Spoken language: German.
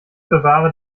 bewahre